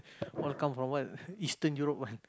all come from what eastern Europe one